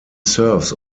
serves